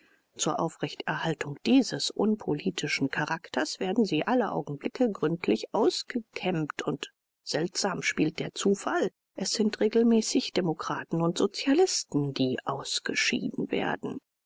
zur aufrechterhaltung dieses unpolitischen charakters werden sie alle augenblicke gründlich ausgekämmt und seltsam spielt der zufall es sind regelmäßig demokraten und sozialisten die ausgeschieden werden